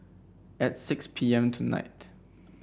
at six P M tonight